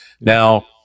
Now